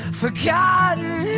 forgotten